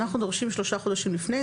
אנחנו דורשים שלושה חודשים לפני,